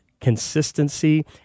consistency